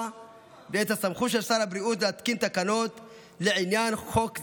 ואת הסמכות של שר הבריאות להתקין תקנות לעניין חוק זה,